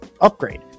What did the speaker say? upgrade